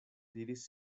diris